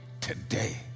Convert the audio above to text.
today